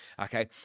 okay